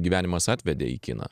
gyvenimas atvedė į kiną